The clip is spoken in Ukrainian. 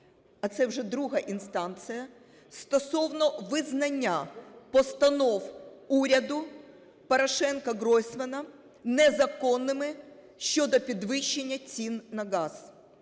а це вже друга інстанція, стосовно визнання постанов уряду Порошенка-Гройсмана незаконними щодо підвищення цін на газ.